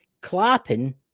Clapping